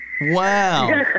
Wow